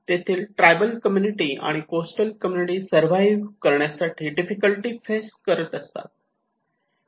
तेथील tribal community आणि coastal community survive करण्यासाठी डिफिकल्टी फेस करत असतात